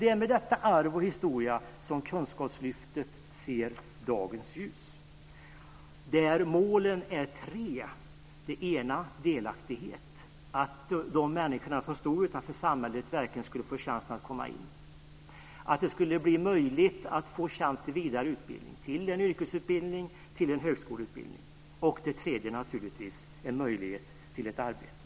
Det är med detta arv och med denna historia som Kunskapslyftet ser dagens ljus där målen är tre. Det ena är delaktighet, att de människor som stod utanför samhället verkligen skulle få chansen att komma in. Det andra är att det skulle bli möjligt att få chans till vidare utbildning, till en yrkesutbildning, till en högskoleutbildning. Och det tredje är naturligtvis möjlighet till ett arbete.